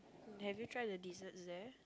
have you tried the desserts there